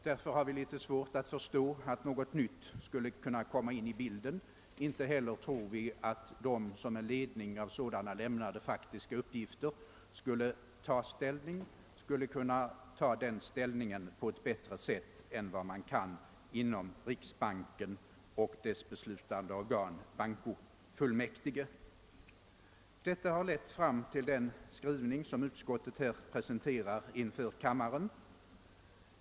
Därför har vi haft litet svårt att förstå att: något nytt skulle komma in i bilden. genom en utredning. Inte heller tror vi att de som med ledning av sådana lämnade faktiska uppgifter skall ta ställning kan göra detta på ett bättre sätt än som kan ske inom riksbanken och dess beslutande organ bankofullmäkti Detta har lett fram till den skrivning som utskottet nu presenterar för kammaren.